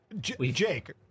Jake